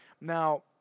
Now